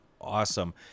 awesome